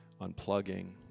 unplugging